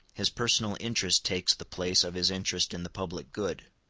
his personal interest takes the place of his interest in the public good.